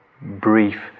brief